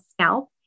scalp